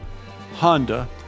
Honda